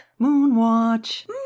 Moonwatch